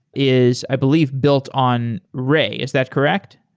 is i believe built on ray. is that correct?